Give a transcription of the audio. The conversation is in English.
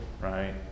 right